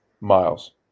Miles